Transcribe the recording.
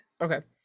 Okay